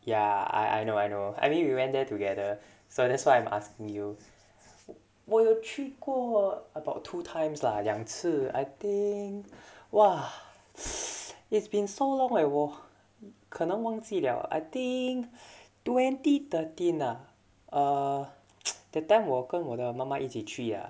ya I know I know I mean we went there together so that's why I'm asking you 我有去过 about two times lah 两次 I think !wah! it's been so long leh 我可能忘记了 I think twenty thirteen ah uh that time 我跟我的妈妈一起去 ah